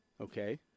Okay